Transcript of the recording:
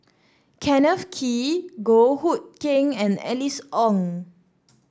Kenneth Kee Goh Hood Keng and Alice Ong